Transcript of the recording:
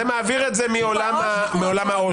זה מעביר את זה מעולם העושק,